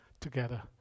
together